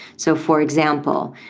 so, for example,